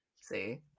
See